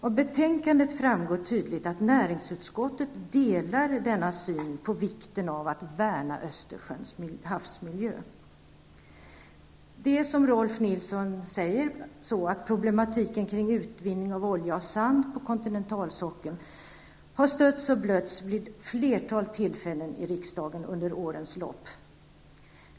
Av betänkandet framgår tydligt att näringsutskottet delar denna syn på vikten av att värna Östersjöns havsmiljö. Som Rolf L Nilson sade har problematiken om utvinning av olja och sand på kontinentalsockeln stötts och blötts i riksdagen vid flera tillfällen.